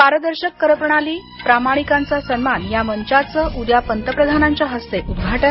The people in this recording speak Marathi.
पारदर्शक करप्रणाली प्रामाणिकांचा सन्मान या मंचाचं उद्या पंतप्रधानांच्या हस्ते उद्घाटन